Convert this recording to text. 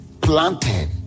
Planted